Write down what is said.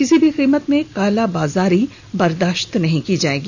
किसी भी कीमत में कालाबाजारी बर्दाश्त नहीं की जाएगी